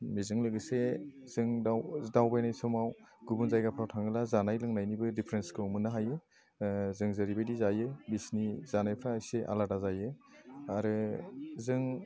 बिजों लोगोसे जों दावबायनाय समाव गुबुन जायगाफ्राव थाङोब्ला जानाय लोंनायनिबो डिफारेन्सखौबो मोननो हायो जों जेरैबायदि जायो बिसनि जानायफ्रा एसे आलादा जायो आरो जों